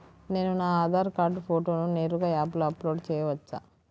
నేను నా ఆధార్ కార్డ్ ఫోటోను నేరుగా యాప్లో అప్లోడ్ చేయవచ్చా?